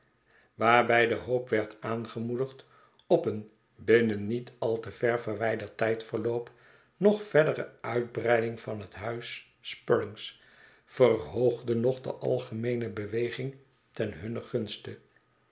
waarbij de hoop werd aangemoedlgd op een binnen een niet al te ver verwijderd tijdyerloop nog verdere uitbreiding van het huis spruggins verhoogde nog de algerneene beweging ten hunnen gunste